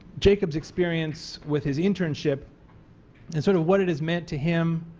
jacob's experience with his internship and sort of what it has meant to him,